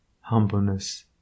humbleness